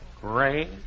Great